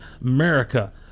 america